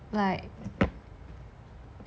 like